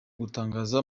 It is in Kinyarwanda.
gutangaza